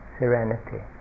serenity